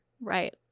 Right